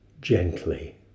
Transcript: gently